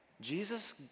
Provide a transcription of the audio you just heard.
Jesus